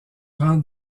rang